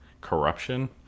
corruption